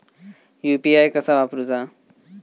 UPI कसा वापरूचा?